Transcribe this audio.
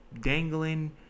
dangling